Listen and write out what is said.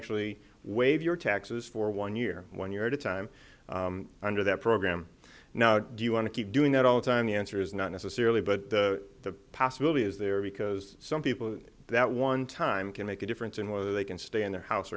actually waive your taxes for one year when you're at a time under that program now do you want to keep doing that all the time the answer is not necessarily but the possibility is there because some people that one time can make a difference in whether they can stay in their house